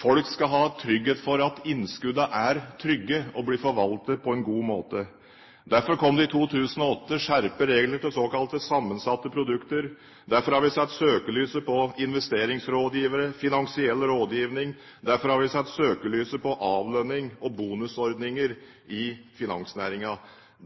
Folk skal ha trygghet for at innskuddene er trygge og blir forvaltet på en god måte. Derfor kom det i 2008 skjerpede regler for såkalte sammensatte produkter. Derfor har vi satt søkelyset på investeringsrådgivere/finansiell rådgivning. Derfor har vi satt søkelyset på avlønning og bonusordninger i finansnæringen.